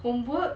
homework